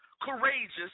courageous